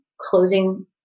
closing